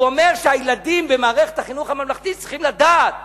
שהילדים במערכת החינוך הממלכתי צריכים לדעת